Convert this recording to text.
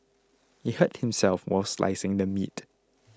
he hurt himself while slicing the meat